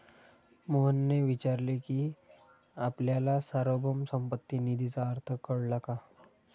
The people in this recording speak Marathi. मोहनने विचारले की आपल्याला सार्वभौम संपत्ती निधीचा अर्थ कळला का?